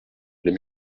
les